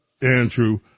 Andrew